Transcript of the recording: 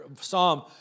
psalm